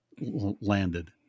landed